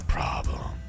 Problem